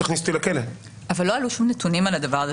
תכניסו אותנו לכלא אבל לא עלו שום נתונים על הדבר הזה.